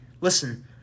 listen